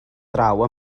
draw